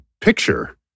picture